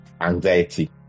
anxiety